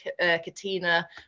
Katina